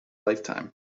lifetime